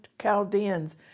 Chaldeans